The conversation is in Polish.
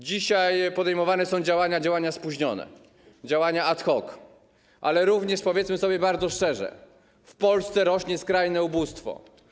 Dzisiaj podejmowane są działania - działania spóźnione, działania ad hoc - ale również, powiedzmy sobie bardzo szczerze, w Polsce rośnie skrajne ubóstwo.